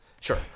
Sure